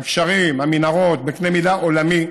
הגשרים, המנהרות, בקנה מידה עולמי.